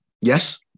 Yes